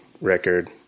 record